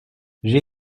j’ai